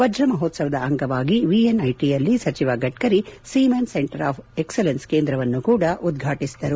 ವಜ್ರ ಮಹೋತ್ಸವದ ಅಂಗವಾಗಿ ವಿಎನ್ ಐಟಿಯಲ್ಲಿ ಸಚಿವ Gadkari Siemens centre of excellence ಕೇಂದ್ರವನ್ನು ಕೂಡಾ ಉದ್ವಾಟಿಸಿದರು